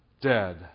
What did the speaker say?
dead